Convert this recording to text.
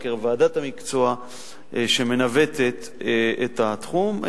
בקרב ועדת המקצוע שמנווטת את התחום,